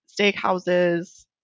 steakhouses